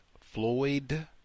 Floyd